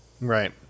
Right